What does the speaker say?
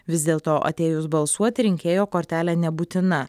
vis dėlto atėjus balsuoti rinkėjo kortelė nebūtina